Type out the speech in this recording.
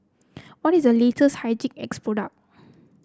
what is the latest Hygin X product